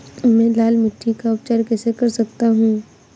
मैं लाल मिट्टी का उपचार कैसे कर सकता हूँ?